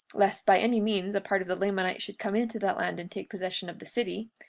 lest by any means a part of the lamanites should come into that land and take possession of the city,